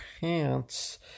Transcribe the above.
pants